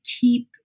keep